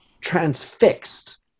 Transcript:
transfixed